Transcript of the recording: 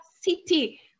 city